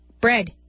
bread